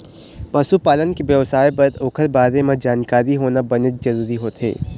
पशु पालन के बेवसाय बर ओखर बारे म जानकारी होना बनेच जरूरी होथे